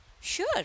Sure